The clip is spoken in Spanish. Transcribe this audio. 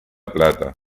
plata